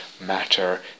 matter